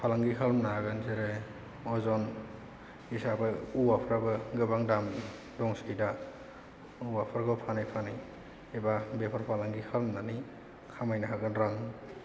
फालांगि खालामनो हागोन जेरै अजन हिसाबै औवाफोराबो गोबां दाम दंसै दा औवाफोरखौ फानै फानै एबा बेफार फालांगि खालामनानै खामायनो हागोन रां